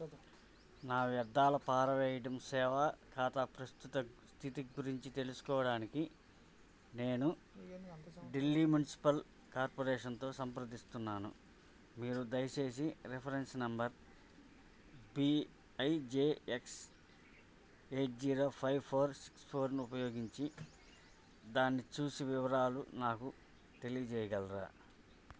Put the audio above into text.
నా వ్యర్థాల పారవేయడం సేవా ఖాతా ప్రస్తుత స్థితి గురించి తెలుసుకోవడానికి నేను ఢిల్లీ మునిసిపల్ కార్పొరేషన్తో సంప్రదిస్తున్నాను మీరు దయచేసి reference number B I J X eight zero five four six ఫోర్ను ఉపయోగించి దాన్ని చూసి వివరాలు నాకు తెలియజేయగలరా